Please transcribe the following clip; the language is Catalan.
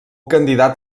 candidat